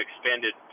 expanded